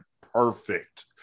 perfect